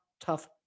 tough